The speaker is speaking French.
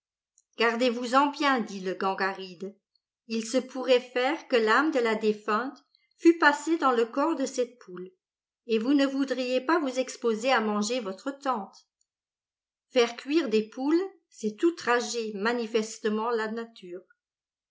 gardez-vous-en bien dit le gangaride il se pourrait faire que l'âme de la défunte fût passée dans le corps de cette poule et vous ne voudriez pas vous exposer à manger votre tante faire cuire des poules c'est outrager manifestement la nature